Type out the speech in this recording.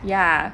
ya